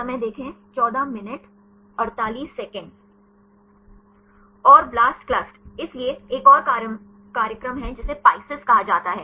और ब्लास्टक्लस्ट इसलिए एक और कार्यक्रम है जिसे PISCES कहा जाता है